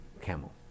camel